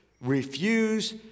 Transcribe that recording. refuse